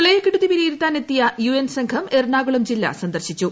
പ്രളയക്കെടുതി വിലിയിരുത്താൻ എത്തിയ യുഎൻ സംഘം എറണാകുളം ജില്ല സന്ദർശിച്ചു